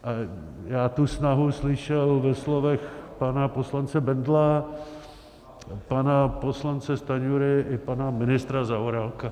A já tu snahu slyšel ve slovech pana poslance Bendla, pana poslance Stanjury i pana ministra Zaorálka.